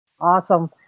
Awesome